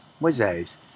Moisés